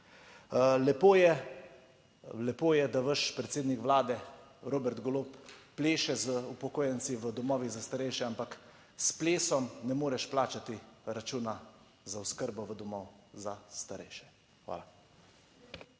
lepo je, da vaš predsednik Vlade Robert Golob pleše z upokojenci v domovih za starejše, ampak s plesom ne moreš plačati računa za oskrbo v domovih za starejše. Hvala.